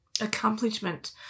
accomplishment